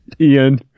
Ian